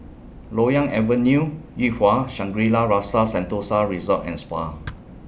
Loyang Avenue Yuhua Shangri La's Rasa Sentosa Resort and Spa